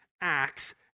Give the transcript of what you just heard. acts